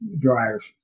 Dryers